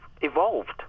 evolved